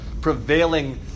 prevailing